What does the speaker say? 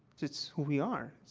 that's who we are.